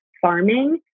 farming